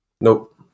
Nope